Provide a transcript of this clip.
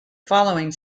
following